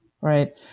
right